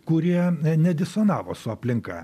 kurie nedisonavo su aplinka